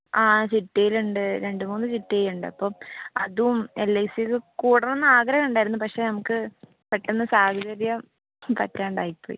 ആ ചിട്ടിയിലുണ്ട് രണ്ട് മൂന്ന് ചിട്ടിയിലുണ്ട് അപ്പം അതും എല് ഐ സിക്ക് കൂടണമെന്ന് ആഗ്രഹമുണ്ടായിരുന്നു പക്ഷേ നമുക്ക് പെട്ടെന്ന് സാഹചര്യം പറ്റാണ്ടായി പോയി